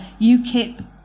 UKIP